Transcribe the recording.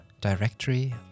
Directory